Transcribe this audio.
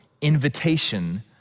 invitation